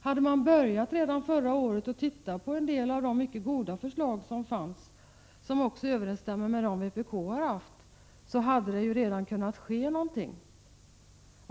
Hade man börjat redan förra året att titta på en del av de mycket goda förslag som fanns och som också överensstämmer med dem vpk har presenterat hade det redan kunnat ske någonting.